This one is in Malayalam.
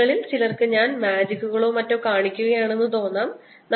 നിങ്ങളിൽ ചിലർക്ക് ഞാൻ ചില മാജിക്കുകളോ മറ്റോ കാണിക്കുകയാണെന്ന് തോന്നിയിരിക്കാം